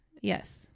Yes